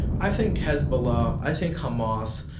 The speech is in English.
i think hezbollah, i think hamas,